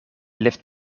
lift